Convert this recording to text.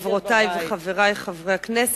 חברותי וחברי חברי הכנסת,